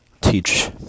teach